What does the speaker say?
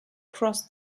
cross